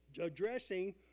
addressing